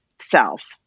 self